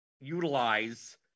utilize